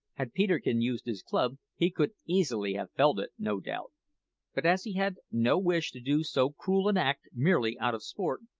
had peterkin used his club he could easily have felled it, no doubt but as he had no wish to do so cruel an act merely out of sport,